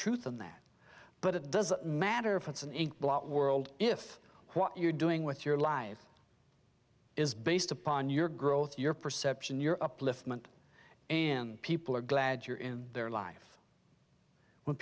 truth in that but it doesn't matter if it's an ink blot world if what you're doing with your life is based upon your growth your perception your upliftment and people are glad you're in their life when